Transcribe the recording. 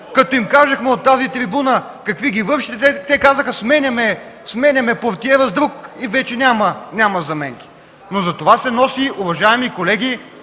Като ги питахме от тази трибуна: „Какви ги вършите?”, те казваха: „Сменяме портиера с друг и вече няма заменки”. Но за това се носи, уважаеми колеги,